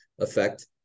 effect